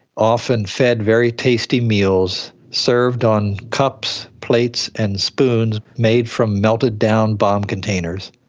often fed very tasty meals, served on cups, plates and spoons made from melted down bomb containers.